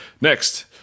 Next